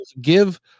Give